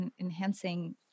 enhancing